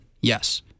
Yes